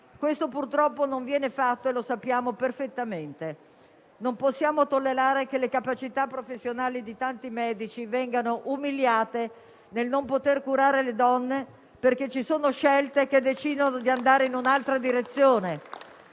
Questo purtroppo non viene fatto e lo sappiamo perfettamente. Non possiamo tollerare che le capacità professionali di tanti medici vengano umiliate nel non poter curare le donne perché ci sono scelte che decidono di andare in un'altra direzione